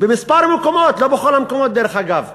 בכמה מקומות, לא בכל המקומות, דרך אגב,